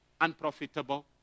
unprofitable